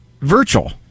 virtual